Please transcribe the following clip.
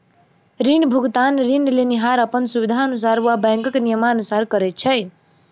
ऋण भुगतान ऋण लेनिहार अपन सुबिधानुसार वा बैंकक नियमानुसार करैत छै